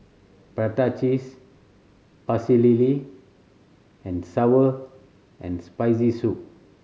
prata cheese Pecel Lele and sour and Spicy Soup